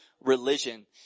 religion